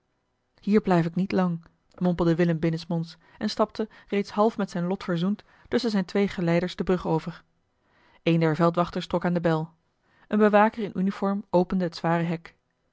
hier blijf ik niet lang mompelde willem binnensmonds en stapte reeds half met zijn lot verzoend tusschen zijne geleiders de brug over een der veldwachters trok aan de bel een bewaker in uniform opende het zware hek